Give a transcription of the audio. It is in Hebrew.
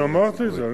כבר אמרתי את זה.